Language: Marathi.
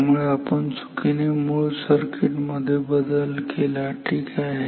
त्यामुळे आपण चुकीने मूळ सर्किट मध्ये बदल केला ठीक आहे